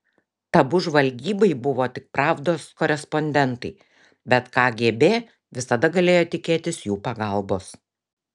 tabu žvalgybai buvo tik pravdos korespondentai bet kgb visada galėjo tikėtis jų pagalbos